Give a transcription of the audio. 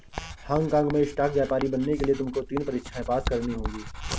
Hong काँग में stock व्यापारी बनने के लिए तुमको तीन परीक्षाएं पास करनी होंगी